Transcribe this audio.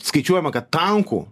skaičiuojama kad tankų